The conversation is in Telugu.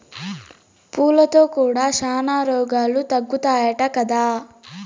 పూలతో కూడా శానా రోగాలు తగ్గుతాయట కదా